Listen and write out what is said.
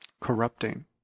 corrupting